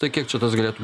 tai kiek čia tas galėtų